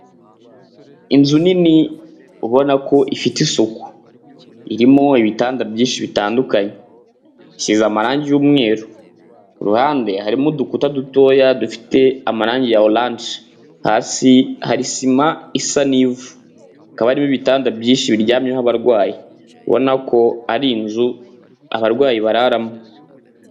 Inzu nini ubona ko ifite isuku, irimo ibitanda byinshi bitandukanye, isize amarangi y'umweru, ku ruhande harimo udukuta dutoya dufite amarangi ya oranje, hasi hari sima isa n'ivu, hakaba harimo ibitanda byinshi biryamyeho abarwayi, ubona ko ari inzu abarwayi bararamo.